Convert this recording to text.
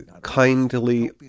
kindly